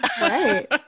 Right